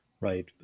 right